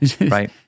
right